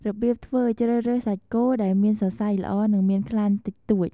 របៀបធ្វើ ជ្រើសរើសសាច់គោដែលមានសរសៃល្អ និងមានខ្លាញ់តិចតួច។